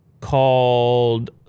called